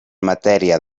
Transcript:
matèria